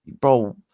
Bro